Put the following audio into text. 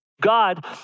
God